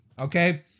okay